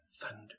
thunder